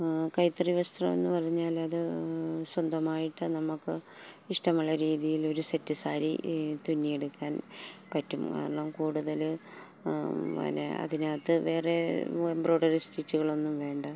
കൈത്തറി വസ്ത്രമെന്ന് പറഞ്ഞാല് അത് സ്വന്തമായിട്ട് നമുക്കിഷ്ടമുള്ള രീതിയിലൊരു സെറ്റ് സാരി തുന്നിയെടുക്കാൻ പറ്റും കാരണം കൂടുതല് അതിനകത്ത് വേറെ എംബ്രോയ്ഡറി സ്റ്റിച്ചുകളൊന്നും വേണ്ട